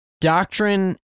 Doctrine